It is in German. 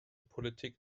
politik